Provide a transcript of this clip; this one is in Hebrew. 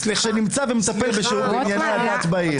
שנמצא ומטפל בשירותי הדת בעיר.